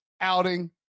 outing